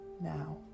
now